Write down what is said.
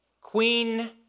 Queen